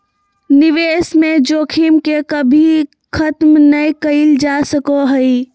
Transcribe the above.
निवेश में जोखिम के कभी खत्म नय कइल जा सको हइ